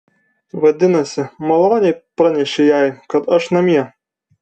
vadinasi maloniai pranešei jai kad aš namie